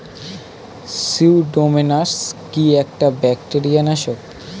Pseudomonas কি একটা bacteria নাশক?